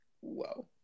Whoa